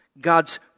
God's